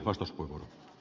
herra puhemies